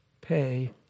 pay